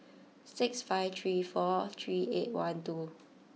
six five three four three eight one two